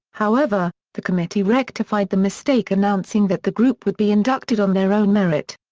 however, the committee rectified the mistake announcing that the group would be inducted on their own merit.